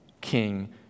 king